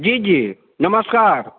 जी जी नमस्कार